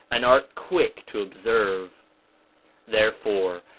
and art quick to observe therefore,